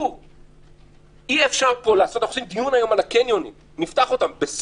אנחנו עושים היום דיון על הקניונים וזה